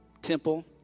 Temple